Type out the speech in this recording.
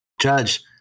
Judge